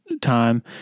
time